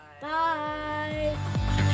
Bye